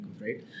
Right